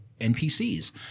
NPCs